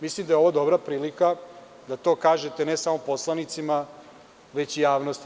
Mislim da je ovo dobra prilika da to kažete ne samo poslanicima, već i javnosti.